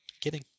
Kidding